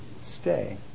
stay